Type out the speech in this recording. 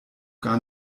gar